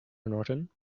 norton